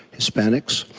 hispanics.